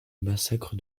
massacre